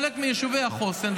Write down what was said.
חלק מיישובי החוסן,